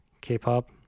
k-pop